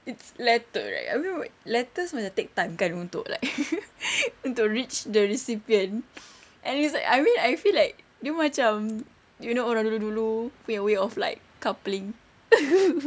it's letter right I mean letters macam take time kan untuk like untuk reach the recipients and it's like I mean I feel like dia macam you know orang dulu dulu punya way of like coupling